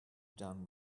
done